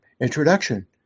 introduction